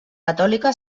catòlica